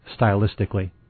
stylistically